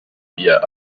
bier